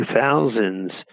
2000s